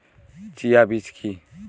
Chia বীজ কী?